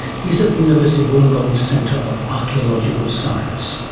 he's at the university of wollongong's centre of archaeological science